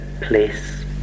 place